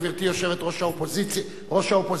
גברתי ראש האופוזיציה,